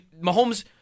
Mahomes